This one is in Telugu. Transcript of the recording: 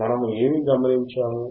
మనము ఏమి గమనించాము